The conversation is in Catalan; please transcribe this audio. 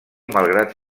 malgrat